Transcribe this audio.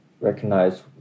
recognize